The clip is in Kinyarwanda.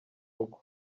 rugo